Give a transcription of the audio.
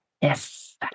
Yes